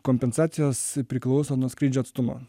kompensacijos priklauso nuo skrydžio atstumo